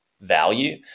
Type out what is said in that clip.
value